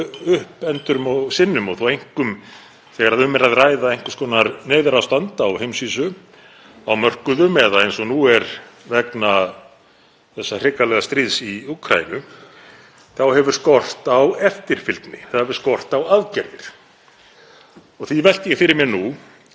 þessa hrikalega stríðs í Úkraínu, hefur skort á eftirfylgni, það hefur skort á aðgerðir. Því velti ég fyrir mér nú hvort þessi umræða muni leiða til þess að ríkisstjórnin ráðist í einhverjar raunverulegar aðgerðir til að treysta fæðuöryggi þjóðarinnar,